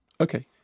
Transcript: Okay